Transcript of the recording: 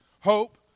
hope